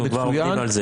אנחנו כבר עובדים על זה.